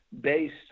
based